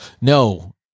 No